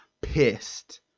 Pissed